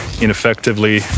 ineffectively